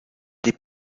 des